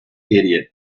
idiot